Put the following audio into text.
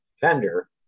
vendor